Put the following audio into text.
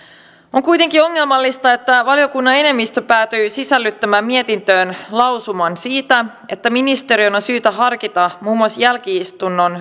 on kuitenkin ongelmallista että valiokunnan enemmistö päätyi sisällyttämään mietintöön lausuman siitä että ministeriön on syytä harkita muun muassa jälki istunnon